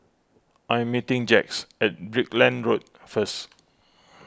I am meeting Jax at Brickland Road first